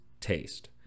taste